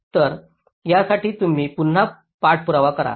तर यासाठी तुम्ही पुन्हा पाठपुरावा करा